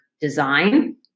design